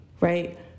right